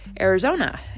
Arizona